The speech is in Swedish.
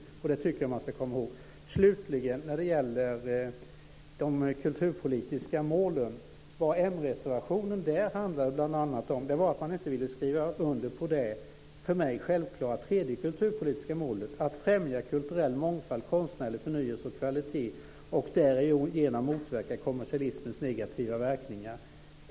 Det ska man komma ihåg. När det slutligen gäller de kulturpolitiska målen handlade m-reservationen bl.a. om att man inte ville skriva under på det för mig självklara tredje kulturpolitiska målet, dvs. att främja kulturell mångfald, konstnärlig förnyelse och kvalitet och därigenom motverka kommersialismens negativa verkningar.